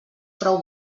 prou